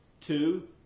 Two